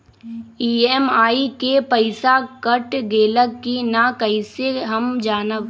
EMI के पईसा cut गेलक कि ना कइसे हम जानब?